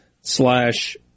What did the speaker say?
slash